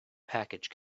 package